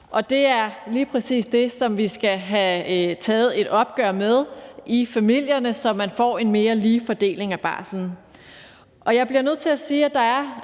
det er lige præcis det, som vi skal have taget et opgør med i familierne, så man får en mere lige fordeling af barslen. Jeg bliver nødt til at sige,